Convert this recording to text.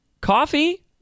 coffee